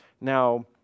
Now